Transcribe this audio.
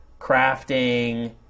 crafting